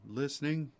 listening